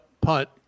punt